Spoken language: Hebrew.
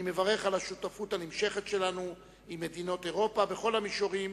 אני מברך על השותפות הנמשכת שלנו עם מדינות אירופה בכל המישורים,